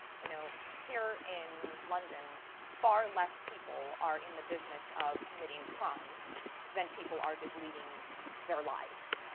you know, here in london far less people are in the business of committing crimes than people are just leading their lives.